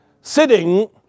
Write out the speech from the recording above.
Sitting